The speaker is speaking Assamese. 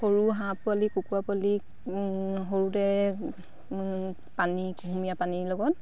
সৰু হাঁহ পোৱালি কুকুৰা পোৱালিক সৰুতে পানী কুহুমীয়া পানীৰ লগত